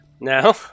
now